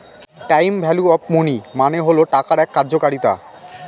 time value of money মানে হল টাকার এক কার্যকারিতা